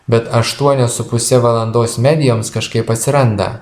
bet aštuonios su puse valandos medijoms kažkaip atsiranda